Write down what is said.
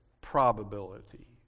probability